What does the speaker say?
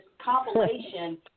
compilation